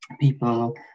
people